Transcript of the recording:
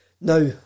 Now